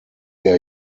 der